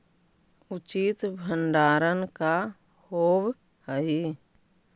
उचित भंडारण का होव हइ?